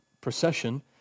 procession